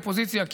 אופוזיציה,